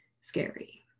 scary